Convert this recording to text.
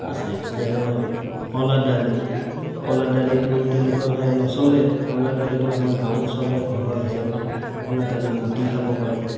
আছে যেনে কলা দালি কলা দালিটো তেনেকুৱাকৈ নচলে কলা দালিটো আমাৰ গাঁৱত চলে ঘৰুৱা হিচাবত কলা দালি বটি খাব পাৰি